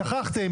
שכחתם,